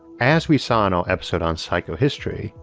as we saw in our episode on psychohistory,